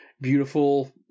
beautiful